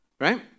right